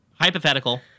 Hypothetical